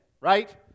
right